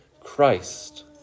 Christ